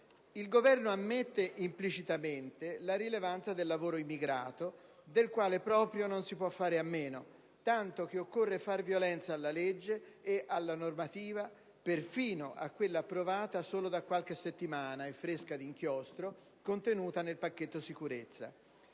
il Governo ammette implicitamente la rilevanza del lavoro immigrato, del quale proprio non si può fare a meno, tanto che occorre far violenza alla legge e alla normativa, perfino a quella approvata solo da qualche settimana, e fresca d'inchiostro, contenuta nel cosiddetto pacchetto sicurezza.